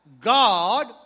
God